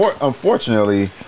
Unfortunately